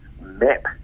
map